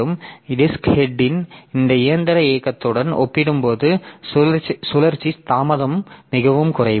எனவே டிஸ்க் ஹெட்ன் இந்த இயந்திர இயக்கத்துடன் ஒப்பிடும்போது சுழற்சி தாமதம் மிகவும் குறைவு